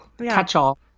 Catch-all